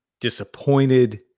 disappointed